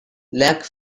lack